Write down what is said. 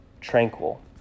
tranquil